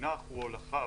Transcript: המונח הוא הולכה,